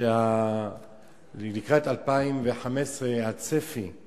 שלקראת 2015 הצפי הוא